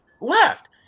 left